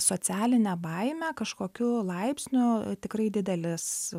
socialinę baimę kažkokiu laipsniu tikrai didelis